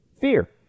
Fear